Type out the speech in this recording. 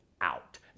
out